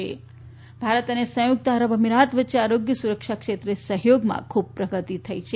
Bharat UAE Bharat અને સંયુકત આરબ અમિરાત વચ્ચે આરોગ્ય સુરક્ષા ક્ષેત્રે સહયોગમાં ખુબ પ્રગતિ થઇ છે